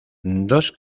dos